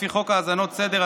לפי חוק האזנות סתר,